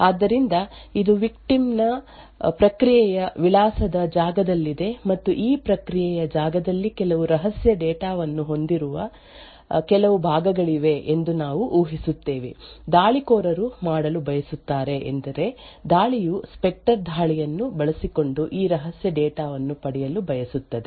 ಆದ್ದರಿಂದ ಇದು ವಿಕ್ಟಿಮ್ ನ ಪ್ರಕ್ರಿಯೆಯ ವಿಳಾಸದ ಜಾಗದಲ್ಲಿದೆ ಮತ್ತು ಈ ಪ್ರಕ್ರಿಯೆಯ ಜಾಗದಲ್ಲಿ ಕೆಲವು ರಹಸ್ಯ ಡೇಟಾ ವನ್ನು ಹೊಂದಿರುವ ಕೆಲವು ಭಾಗಗಳಿವೆ ಎಂದು ನಾವು ಊಹಿಸುತ್ತೇವೆ ದಾಳಿಕೋರರು ಮಾಡಲು ಬಯಸುತ್ತಾರೆ ಎಂದರೆ ದಾಳಿಯು ಸ್ಪೆಕ್ಟರ್ ದಾಳಿಯನ್ನು ಬಳಸಿಕೊಂಡು ಈ ರಹಸ್ಯ ಡೇಟಾ ವನ್ನು ಪಡೆಯಲು ಬಯಸುತ್ತದೆ